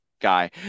guy